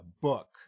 book